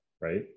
Right